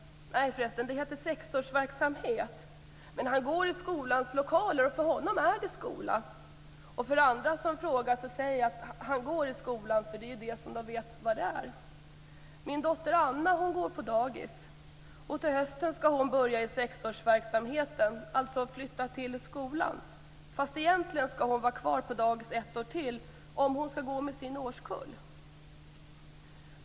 Nej förresten, det heter sexårsverksamhet. Men han går i skolans lokaler och för honom är det skola. Till andra som frågar säger jag att han går i skolan, eftersom de vet vad det är. Min dotter Anna går på dagis. Till hösten skall hon börja i sexårsverksamheten, dvs. flytta till skolan. Fast egentligen skall hon vara kvar på dagis ett år till om hon skall gå med sin årskull.